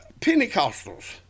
Pentecostals